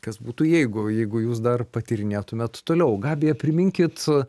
kas būtų jeigu jeigu jūs dar patyrinėtumėt toliau gabija priminkit